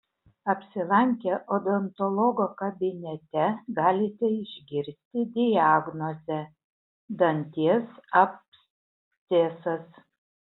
apsilankę odontologo kabinete galite išgirsti diagnozę danties abscesas